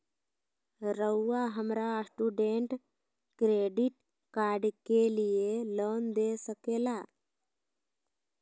रहुआ हमरा student credit card के लिए लोन दे सके ला?